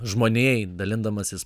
žmonijai dalindamasis